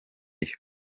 sports